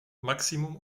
maksimum